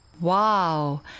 Wow